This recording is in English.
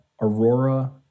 Aurora